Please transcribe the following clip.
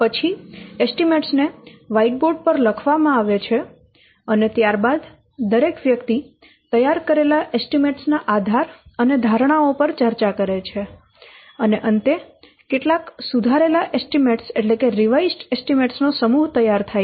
પછી એસ્ટીમેટ્સ ને વ્હાઇટબોર્ડ પર લખવામાં આવે છે અને ત્યારબાદ દરેક વ્યક્તિ તૈયાર કરેલા એસ્ટીમેટ્સ ના આધાર અને ધારણાઓ પર ચર્ચા કરે છે અને અંતે કેટલાક સુધારેલા એસ્ટીમેટ્સ નો સમૂહ તૈયાર થાય છે